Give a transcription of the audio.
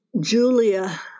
Julia